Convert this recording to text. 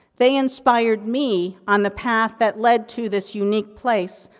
they inspired me on the path that led to this unique place,